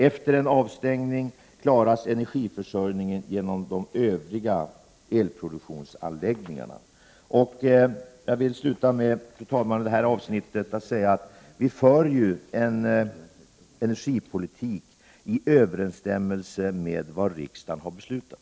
Efter en avstängning klaras energiförsörjningen genom de övriga elproduktionsanläggningarna. Fru talman! Jag vill avsluta mitt anförande med att säga att vi för en energipolitik i överensstämmelse med vad riksdagen har beslutat.